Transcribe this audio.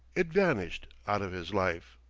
it vanished out of his life.